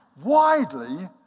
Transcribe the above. widely